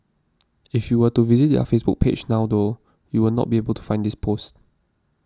if you were to visit their Facebook page now though you will not be able to find this post